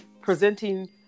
presenting